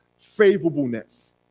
favorableness